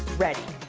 ready.